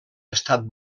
estat